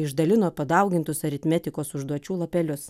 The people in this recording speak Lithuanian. išdalino padaugintus aritmetikos užduočių lapelius